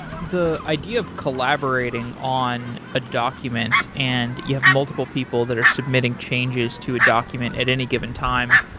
the idea of collaborating on a document, and you have multiple people that are submitting changes to a document at any given time.